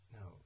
No